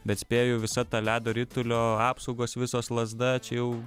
bet spėju visa ta ledo ritulio apsaugos visos lazda čia jau